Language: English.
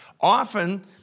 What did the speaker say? Often